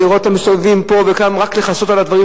אני רואה אותם מסתובבים פה רק לכסות על הדברים,